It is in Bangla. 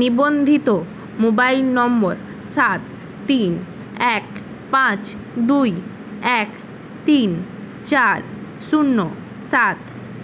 নিবন্ধিত মোবাইল নম্বর সাত তিন এক পাঁচ দুই এক তিন চার শূন্য সাত